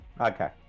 Okay